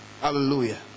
Hallelujah